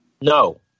No